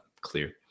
clear